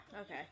Okay